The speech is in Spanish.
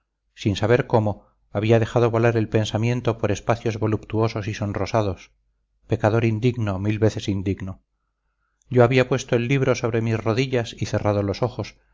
sin saber cómo había dejado volar el pensamiento por espacios voluptuosos y sonrosados pecador indigno mil veces indigno yo había puesto el libro sobre mis rodillas y cerrado los ojos